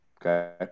okay